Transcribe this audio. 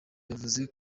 yavuze